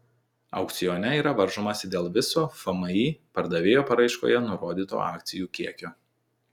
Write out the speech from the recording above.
aukcione yra varžomasi dėl viso fmį pardavėjo paraiškoje nurodyto akcijų kiekio